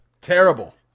Terrible